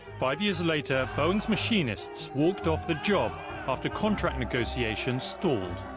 five years later, boeing's machinists walked off the job after contract negotiations stalled.